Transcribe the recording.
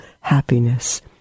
happiness